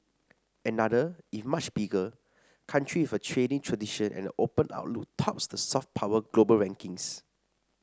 another if much bigger country with a trading tradition and an open outlook tops the soft power global rankings